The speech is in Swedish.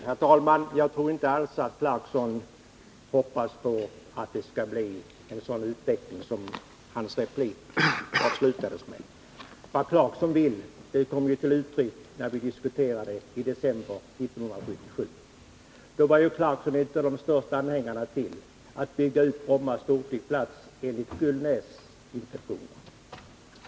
Herr talman! Jag tror inte alls att Rolf Clarkson hoppas att det skall bli en sådan utveckling som han beskrev slutet av sin replik. Vad Rolf Clarkson vill kom till uttryck när vi diskuterade denna fråga i december 1977. Då var Rolf Clarkson en av de största anhängarna av förslaget att bygga ut Bromma flygplats enligt Ingvar Gullnäs intentioner.